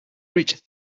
rich